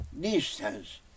distance